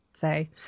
say